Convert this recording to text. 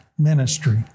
ministry